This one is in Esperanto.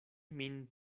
min